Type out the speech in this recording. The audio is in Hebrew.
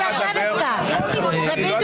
אני קורא אותך לסדר פעם שלישית.